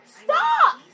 Stop